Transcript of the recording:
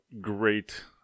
great